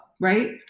right